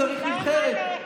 צריך נבחרת.